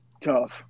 Tough